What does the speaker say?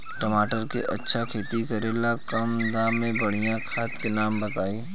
टमाटर के अच्छा खेती करेला कम दाम मे बढ़िया खाद के नाम बताई?